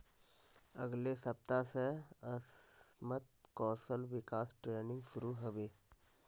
अगले सप्ताह स असमत कौशल विकास ट्रेनिंग शुरू ह बे